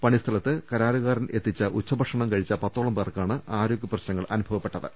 പണിസ്ഥലത്ത് കരാറുകാരൻ എത്തിച്ച ഉച്ചഭക്ഷണം കഴിച്ച പത്തോളം പേർക്കാണ് ആരോഗൃപ്രശ്നങ്ങൾ അനുഭവപ്പെട്ടത്